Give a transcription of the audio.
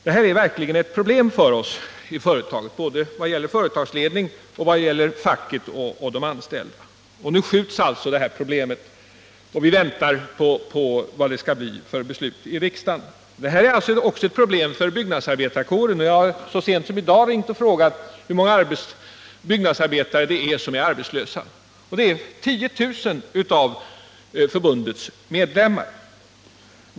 Det här är verkligen ett problem för oss i företaget, både vad gäller företagsledning och vad gäller facket och de anställda. Nu skjuts alltså detta problem framåt, och vi väntar på vad det skall bli för beslut i riksdagen. Detta är också ett problem för byggnadsarbetarkåren. Jag har så sent som i dag ringt och frågat hur många byggnadsarbetare som är arbetslösa, och det är 10 000 av förbundets medlemmar.